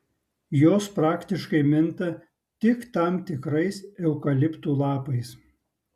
jos praktiškai minta tik tam tikrais eukaliptų lapais